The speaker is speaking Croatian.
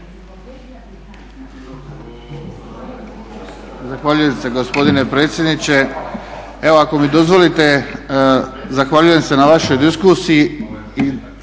Zahvaljujem se gospodine predsjedniče. Evo ako mi dozvolite, zahvaljujem se na vašoj diskusiji